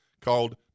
called